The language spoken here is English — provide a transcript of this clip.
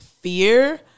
fear